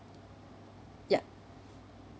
ya